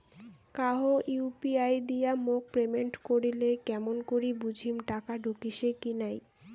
কাহো ইউ.পি.আই দিয়া মোক পেমেন্ট করিলে কেমন করি বুঝিম টাকা ঢুকিসে কি নাই?